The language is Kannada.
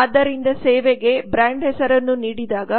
ಆದ್ದರಿಂದ ಸೇವೆಗೆ ಬ್ರಾಂಡ್ ಹೆಸರನ್ನು ನೀಡಿದಾಗ